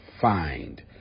find